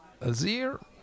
Azir